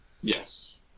Yes